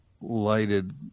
lighted